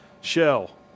Shell